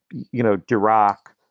you know, dirac,